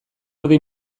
erdi